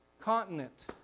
continent